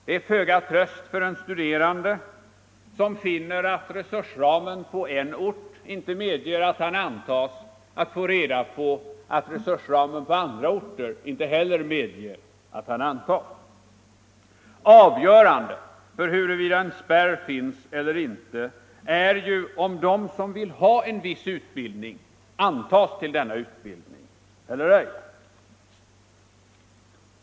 Det är föga tröst för en studerande, som finner att resursramen på en ort inte medger att han antas, att få reda på att resursramen på andra orter inte heller medger att han antas. Avgörande för huruvida en spärr finns eller inte är ju om de som vill ha en viss utbildning antas till denna utbildning eller ej.